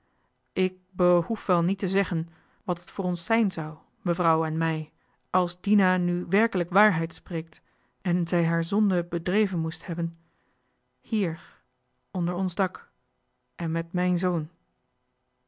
ik behoef wel niet te zeggen wat het voor ons zijn zou mevrouw en mij als dina nu werkelijk waarheid spreekt en zij haar zonde bedreven moest hebben hier onder ons dak en met mijn zoon